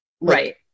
right